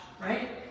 Right